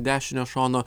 dešinio šono